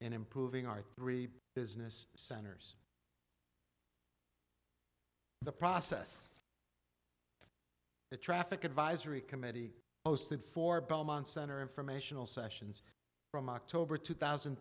in improving our three business centers the process the traffic advisory committee posted for belmont center informational sessions from october two thousand